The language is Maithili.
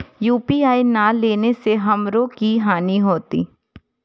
यू.पी.आई ने लेने से हमरो की हानि होते?